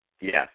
Yes